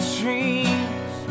dreams